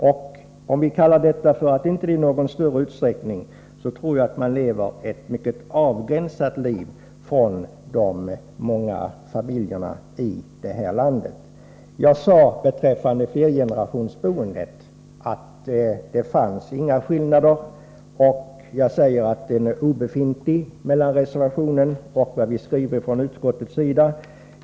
Den som kallar detta att man inte i någon större utsträckning höjer boendekostnaderna tror jag lever ett från de många familjerna i det här landet mycket avgränsat liv. Beträffande flergenerationsboendet sade jag att det inte finns någon åsiktsskillnad, och jag säger att åsiktsskillnaden mellan reservationen och utskottets skrivning är obefintlig.